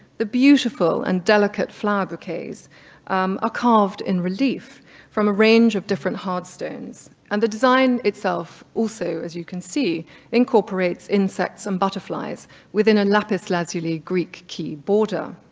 the beautiful and delicate flower bouquets are um ah carved in relief from a range of different hard stones. and the design itself also as you can see incorporates insects and butterflies within a lapis lazuli greek key boarder.